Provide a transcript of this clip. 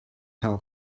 her